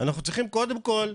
אנחנו צריכים, קודם כל,